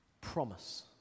promise